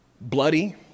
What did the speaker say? bloody